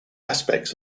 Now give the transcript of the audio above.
aspects